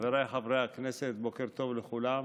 חבריי חברי הכנסת, בוקר טוב לכולם.